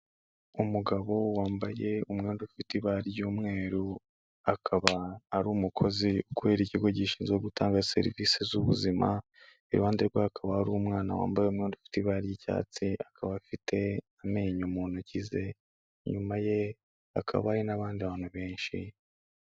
Umugabo wambaye umwenda ufite ibara ry'umweru, akaba ari umukozi ukorera ikigo gishinzwe gutanga serivisi z'ubuzima, iruhande rwe hakaba hari umwana wambaye umwenda ufite ibara ry'icyatsi, akaba afite amenyo mu ntoki ze, inyuma ye hakaba hari n'abandi bantu benshi.